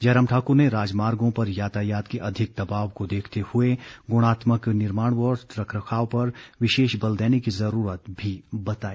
जयराम ठाकुर ने राजमार्गों पर यातायात के अधिक दबाव को देखते हुए गुणात्मक निर्माण व रखरखाव पर विशेष बल देने की जरूरत भी बताई